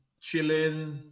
chilling